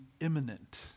imminent